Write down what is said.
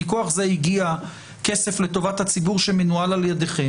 מכוח זה הגיע כסף לטובת הציבור שמנוהל על ידיכם,